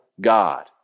God